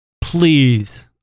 Please